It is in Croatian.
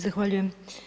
Zahvaljujem.